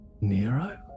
Nero